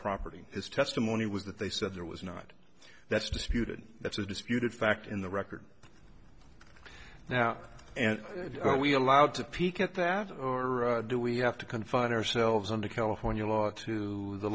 property his testimony was that they said there was not that's disputed that's a disputed fact in the record now and are we allowed to peek at that or do we have to confine ourselves under california law to the